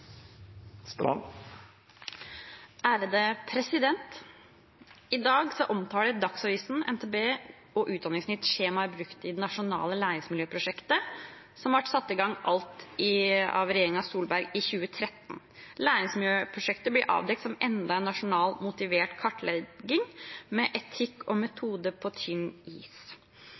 I dag omtaler Dagsavisen, NTB og Utdanningsnytt skjemaer brukt i det nasjonale læringsmiljøprosjektet som ble satt i gang av regjeringen Solberg i 2013. Læringsmiljøprosjektet blir avdekt som enda en nasjonal motivert kartlegging med etikk og metode på tynn is.